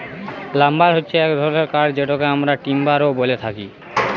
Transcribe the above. lumber হচ্যে এক ধরলের কাঠ যেটকে আমরা টিম্বার ও ব্যলে থাকি